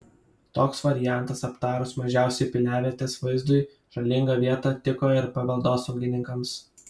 toks variantas aptarus mažiausiai piliavietės vaizdui žalingą vietą tiko ir paveldosaugininkams